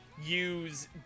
...use